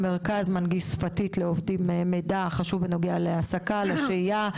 המרכז מנגיש שפתית לעובדים מידע חשוב להעסקה לשהייה,